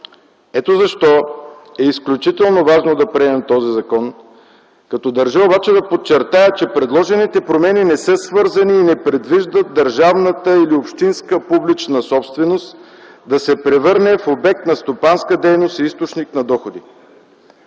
Ето защо е изключително важно да приемем този закон, като държа да подчертая, че предложените промени не са свързани и не предвиждат държавната или общинската публична собственост да се превърне в обект на стопанска дейност и източник на доходи.